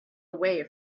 away